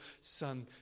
son